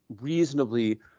reasonably